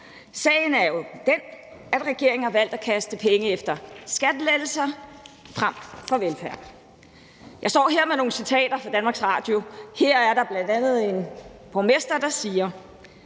Sagen er jo den, at regeringen har valgt at kaste penge efter skattelettelser frem for velfærd. Jeg står her med nogle citater fra Danmarks Radio. Her er der bl.a. en borgmester, der siger: